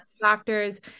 doctors